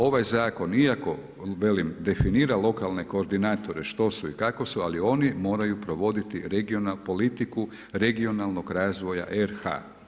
Ovaj zakon iako velim definira lokalne koordinatore što su i kako su, ali oni moraju provoditi politiku regionalnog razvoja RH.